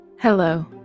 Hello